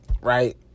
Right